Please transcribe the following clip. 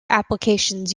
applications